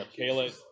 Kayla